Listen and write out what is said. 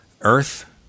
Earth